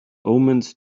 omens